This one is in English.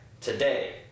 today